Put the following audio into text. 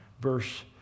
verse